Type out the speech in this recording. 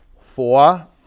Four